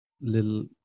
little